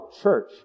church